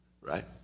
right